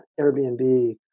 Airbnb